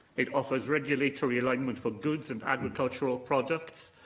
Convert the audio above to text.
it offers regulatory alignment for goods and agricultural products.